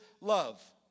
love